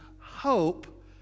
hope